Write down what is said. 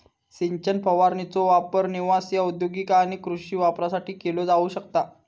सिंचन फवारणीचो वापर निवासी, औद्योगिक आणि कृषी वापरासाठी केलो जाऊ शकता